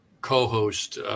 co-host